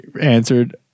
answered